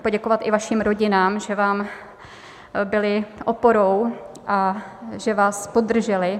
Poděkovat i vašim rodinám, že vám byly oporou a že vás podržely.